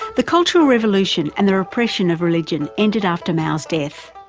the cultural revolution and the repression of religion ended after mao's death.